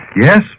Yes